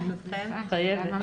איה דביר,